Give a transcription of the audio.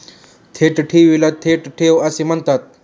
थेट ठेवीला थेट ठेव असे म्हणतात